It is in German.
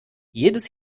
jedes